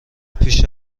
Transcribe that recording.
پیش